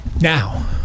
Now